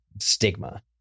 stigma